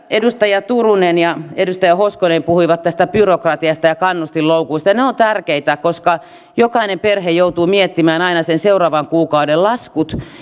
edustaja turunen ja edustaja hoskonen puhuivat byrokratiasta ja kannustinloukuista se on tärkeää koska jokainen perhe joutuu miettimään aina sen seuraavan kuukauden laskut